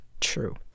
true